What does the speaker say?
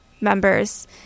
Members